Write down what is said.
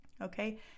Okay